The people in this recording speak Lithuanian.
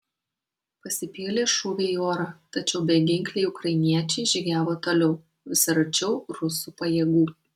pasipylė šūviai į orą tačiau beginkliai ukrainiečiai žygiavo toliau vis arčiau rusų pajėgų